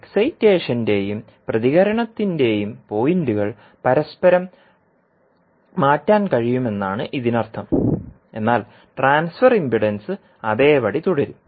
എക്സെറ്റേഷന്റെയും പ്രതികരണത്തിന്റെയും പോയിന്റുകൾ പരസ്പരം മാറ്റാൻ കഴിയുമെന്നാണ് ഇതിനർത്ഥം എന്നാൽ ട്രാൻസ്ഫർ ഇംപിഡൻസ് അതേപടി തുടരും